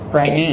right